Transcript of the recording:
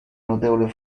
notevoli